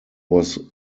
was